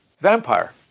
vampire